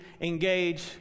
engage